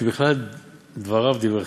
שבכלל דבריו דבריכם.